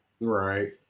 right